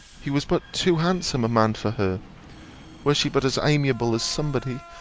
he was but too handsome a man for her were she but as amiable as somebody,